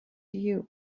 you